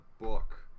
book